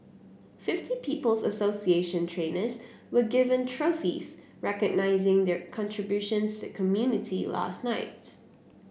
fifty People's Association trainers were given trophies recognising their contributions to the community last night